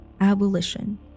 Abolition